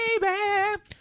Baby